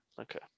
Okay